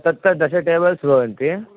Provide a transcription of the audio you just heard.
तत्र दशटेबल्स् भवन्ति